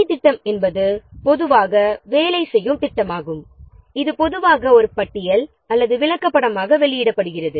பணித் திட்டம் என்பது பொதுவாக வேலை செய்யும் திட்டமாகும் இது பொதுவாக ஒரு பட்டியல் அல்லது விளக்கப்படமாக வெளியிடப்படுகிறது